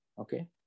okay